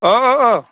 অঁ অঁ অঁ